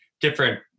different